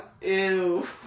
Ew